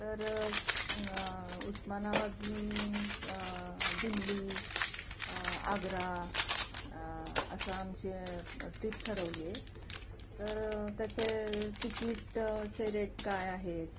तर उस्मानाबादहून दिल्ली आग्रा असं आमचे ट्रीप ठरवली आहे तर त्याचे तिकीटचे रेट काय आहेत